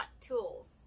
tools